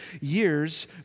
years